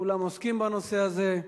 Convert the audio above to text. כולם עוסקים בנושא הזה.